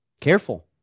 Careful